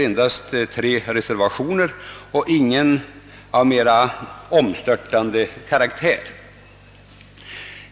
Endast tre reservationer föreligger och ingen av dem har någon särskilt omstörtande karaktär.